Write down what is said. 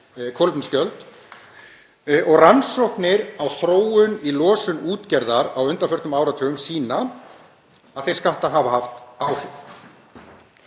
og rannsóknir á þróun í losun útgerðar á undanförnum áratugum sýna að þeir skattar hafa haft áhrif.